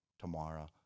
tomorrow